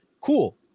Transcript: Cool